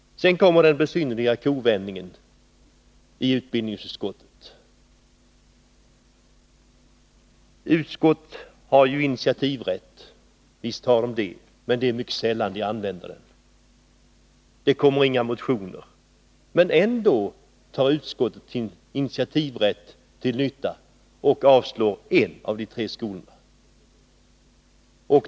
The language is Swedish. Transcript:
Sedan kommer den besynnerliga kovändningen i utbildningsutskottet. Utskotten har ju initiativrätt — visst har de det. Men det är mycket sällan den används. I detta fall fanns det inga motioner, men utskottet avstyrker ändå när det gäller en av de tre skolorna.